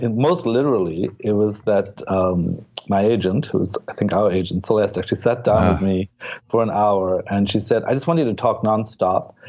and most literally, it was that my agent whose i think our agent, celeste, actually sat down with me for an hour, and she said, i just want you to talk nonstop,